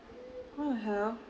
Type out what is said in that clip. what the hell